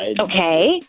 okay